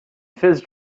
fizz